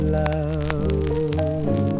love